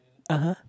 (uh huh)